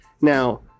Now